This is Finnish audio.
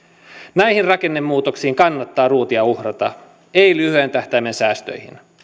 näihin rakennemuutoksiin kannattaa ruutia uhrata ei lyhyen tähtäimen säästöihin